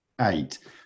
eight